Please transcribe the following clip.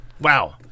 Wow